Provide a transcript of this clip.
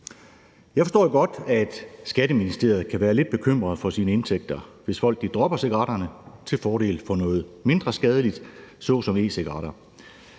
Jeg forstår jo godt, at Skatteministeriet kan være lidt bekymret for sine indtægter, hvis folk dropper cigaretterne til fordel for noget mindre skadeligt såsom e-cigaretter.